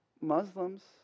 Muslims